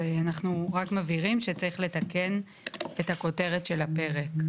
אנחנו רק מבהירים שצריך לתקן את הכותרת של הפרק.